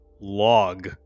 log